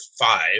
five